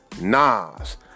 Nas